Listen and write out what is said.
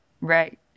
Right